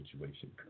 situation